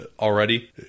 already